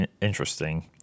interesting